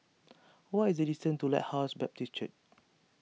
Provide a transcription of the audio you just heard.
what is the distance to Lighthouse Baptist Church